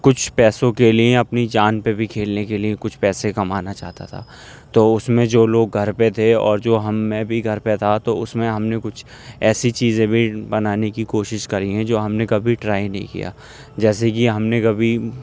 کچھ پیسوں کے لیے اپنی جان پہ بھی کھیلنے کے لیے کچھ پیسے کمانا چاہتا تھا تو اس میں جو لوگ گھر پہ تھے اور جو ہم میں بھی گھر پہ تھا تو اس میں ہم نے کچھ ایسی چیزیں بھی بنانے کی کوشش کی ہیں جو ہم نے کبھی ٹرائی نہیں کیا جیسے کہ ہم نے کبھی